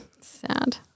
Sad